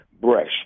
brush